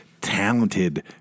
talented